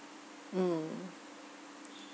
mm